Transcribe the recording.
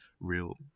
real